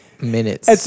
minutes